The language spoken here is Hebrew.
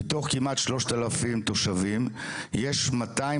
מתוך כמעט שלושת אלפים תושבים יש מאתיים